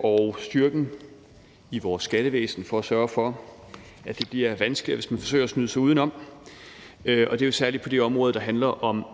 og styrken i vores skattevæsen for at sørge for, at det bliver vanskeligt, hvis man forsøger at snyde, og det er særlig på det område, der handler om